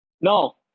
No